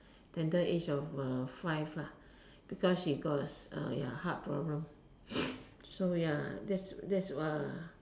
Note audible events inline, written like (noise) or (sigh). tender age of uh five ah because she got uh ya heart problem (noise) so ya that that's uh